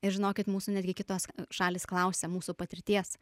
ir žinokit mūsų netgi kitos šalys klausia mūsų patirties